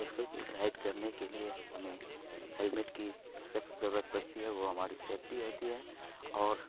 اس کو رائڈ کرنے کے لیے ہمیں ہیلمیٹ کی سخت ضرورت پرتی ہے وہ ہماری سیفٹی ہوتی ہے اور